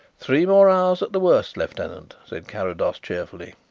three more hours at the worst, lieutenant, said carrados cheerfully.